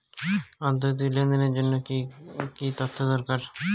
আন্তর্জাতিক লেনদেনের জন্য কি কি তথ্য দরকার?